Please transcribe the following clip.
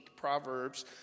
Proverbs